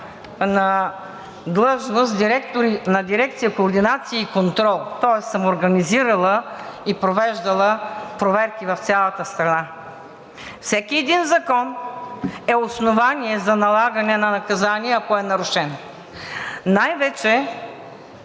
на дирекция „Координации и контрол“, тоест съм организирала и провеждала проверки в цялата страна. Всеки един закон е основание за налагане на наказание, ако е нарушен. (Шум